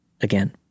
again